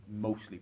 mostly